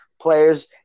players